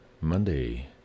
Monday